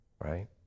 right